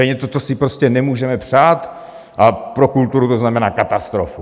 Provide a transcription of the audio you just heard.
To je něco, co si prostě nemůžeme přát, a pro kulturu to znamená katastrofu.